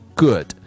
good